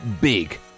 Big